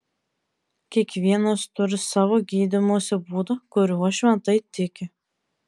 kiekvienas turi savo gydymosi būdą kuriuo šventai tiki